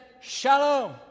Shalom